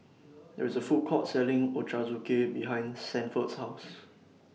There IS A Food Court Selling Ochazuke behind Sanford's House